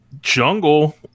jungle